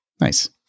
Nice